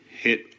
hit